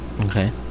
Okay